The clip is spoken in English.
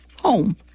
home